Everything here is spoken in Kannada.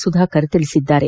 ಸುಧಾಕರ್ ತಿಳಿಸಿದ್ದಾರೆ